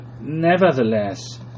Nevertheless